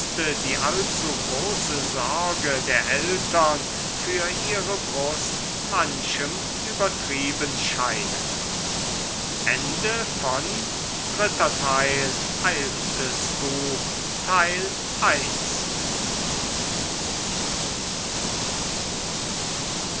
die allzu große sorge der eltern für ihre brust manchem übertrieben scheinen